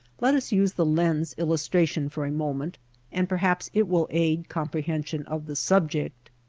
let us use the lens illustration for a moment and perhaps it will aid comprehension of the subject.